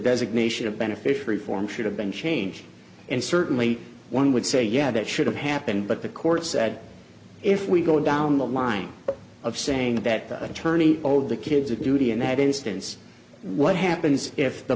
designation beneficiary form should have been changed and certainly one would say yeah that should have happened but the court said if we go down the line of saying that the attorney owed the kids a duty in that instance what happens if the